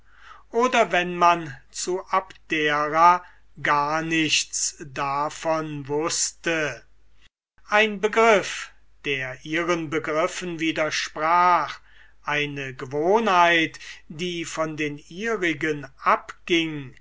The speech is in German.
oder wenn man zu abdera gar nichts davon wußte ein begriff der ihren begriffen widersprach eine gewohnheit die von den ihrigen abging